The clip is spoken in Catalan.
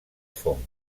fongs